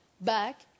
back